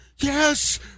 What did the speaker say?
Yes